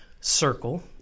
Circle